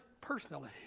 personally